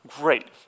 Great